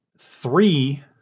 three